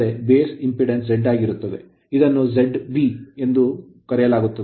ಆದ್ದರಿಂದ base impedance Z ಆಗಿರುತ್ತದೆ ಇದನ್ನು ZB ಎಂದು ಕರೆಯಲಾಗುತ್ತದೆ